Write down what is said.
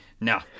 No